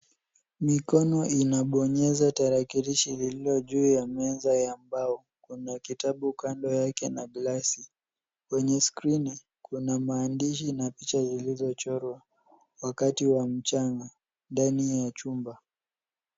Mikono inabonyeza tarakilishi lililojuu ya meza ya mbao. Kuna kitabu kando yake na glasi. Kwenye skrini kuna maandishi na picha zilizochorwa. Wakati wa mchana ndani ya chumba.